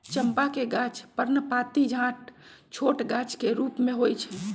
चंपा के गाछ पर्णपाती झाड़ छोट गाछ के रूप में होइ छइ